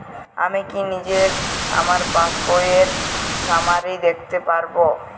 আমি কি নিজেই আমার পাসবইয়ের সামারি দেখতে পারব?